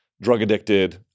Drug-addicted